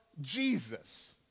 Jesus